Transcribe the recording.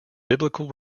biblical